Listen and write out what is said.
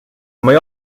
may